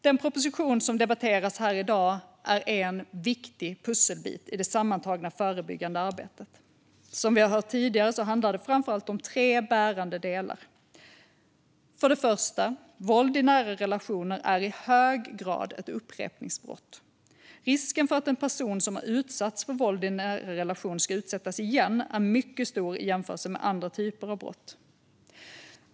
Den proposition som debatteras här i dag är en viktig pusselbit i det sammantagna förebyggande arbetet. Som vi har hört tidigare handlar det framför allt om tre bärande delar. För det första: Våld i nära relationer är i hög grad ett upprepningsbrott. Risken för att en person som har utsatts för våld i en nära relation ska utsättas igen är mycket stor i jämförelse med hur det är vid andra typer av brott.